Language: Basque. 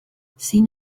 zein